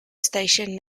station